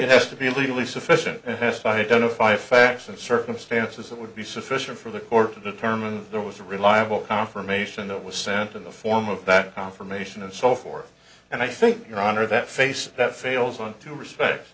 yes to be legally sufficient yes identify facts and circumstances that would be sufficient for the court to determine there was a reliable confirmation that was sent in the form of that confirmation and so forth and i think your honor that face that fails on two respects